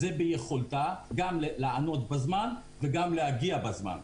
זה ביכולתה גם לענות בזמן וגם להגיע בזמן.